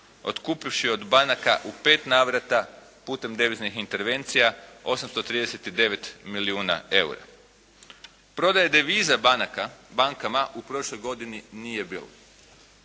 otkupivši od banaka u pet navrata putem deviznih intervencija 839 milijuna eura. Prodaja deviza banaka bankama u prošloj godini nije bilo.